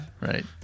Right